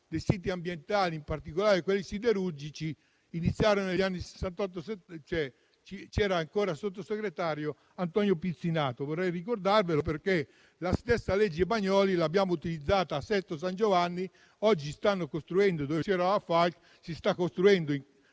dei siti ambientali, in particolare di quelli siderurgici, che è stata posta in essere quando era sottosegretario Antonio Pizzinato. Vorrei ricordarvelo, perché la stessa legge Bagnoli l'abbiamo utilizzata a Sesto San Giovanni; oggi, dove c'era la Falck, si sta costruendo il